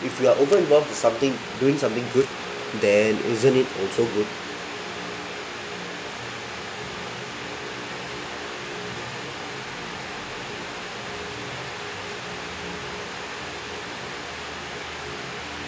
if you are over in love with something doing something good then isn't it also good